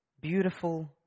beautiful